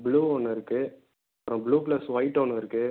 blue ஒன்று இருக்குது அப்புறம் ப்ளூ ப்ளஸ் ஒயிட் ஒன்று இருக்குது